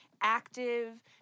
active